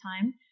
time